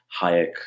Hayek